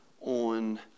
on